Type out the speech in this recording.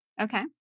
Okay